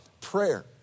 prayer